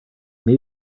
may